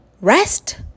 rest